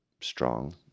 strong